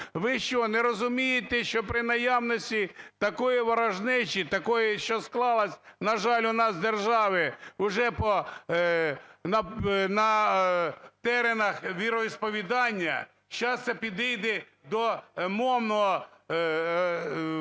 Ви що, не розумієте, що при наявності такої ворожнечі, такою, що склалась, на жаль, у нас в державі уже на теренах віросповідання, зараз це підійде до мовних